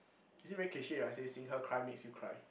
is it very cliche when I say seeing her cry makes you cry